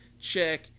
check